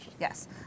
Yes